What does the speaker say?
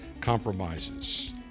compromises